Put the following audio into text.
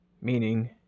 Meaning